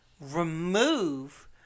remove